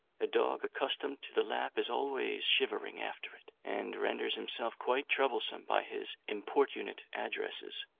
a dog accustomed to the lap is always shivering after it, and renders himself quite troublesome by his importunate addresses.